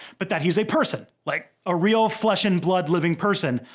but that he's a person. like, a real flesh and blood living person,